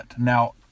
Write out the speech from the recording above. Now